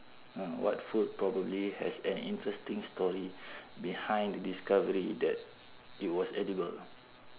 mm what food probably has an interesting story behind the discovery that it was edible